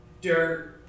dirt